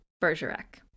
Bergerac